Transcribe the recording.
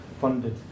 funded